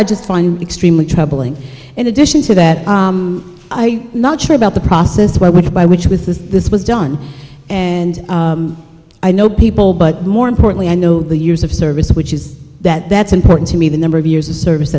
i just find extremely troubling in addition to that i not sure about the process where i went by which was this was done and i know people but more importantly i know the years of service which is that that's important to me the number of years of service